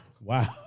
Wow